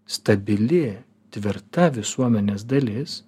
stabili tvirta visuomenės dalis